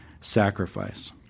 sacrifice